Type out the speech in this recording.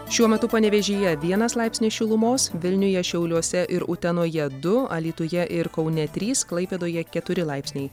šiuo metu panevėžyje vienas laipsnis šilumos vilniuje šiauliuose ir utenoje du alytuje ir kaune trys klaipėdoje keturi laipsniai